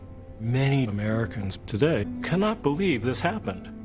many americans today cannot believe this happened.